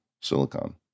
Silicon